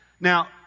Now